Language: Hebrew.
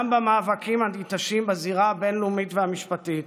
גם במאבקים הניטשים בזירה הבין-לאומית והמשפטית,